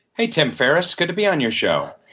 hey, tim ferris, good to be on your show.